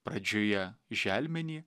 pradžioje želmenį